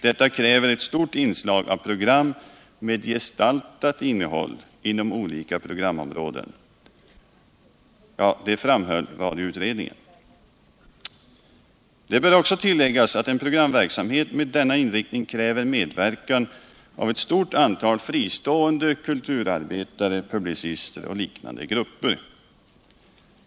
Detta kräver ett stort inslag av program med gestaltat innehåll inom olika programområden, framhöll radioutredningen. Det bör också tilläggas att en programverksamhet med denna inriktning kräver medverkan av ett stort antal fristående kulturarbetare, publicister och liknande grupper.